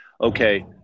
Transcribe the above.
okay